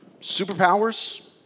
superpowers